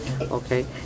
okay